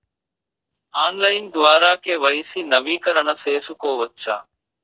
Online ద్వారా KYC నవీకరణ సేసుకోవచ్చా?